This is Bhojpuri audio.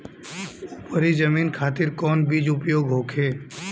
उपरी जमीन खातिर कौन बीज उपयोग होखे?